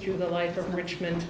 through the life of richmond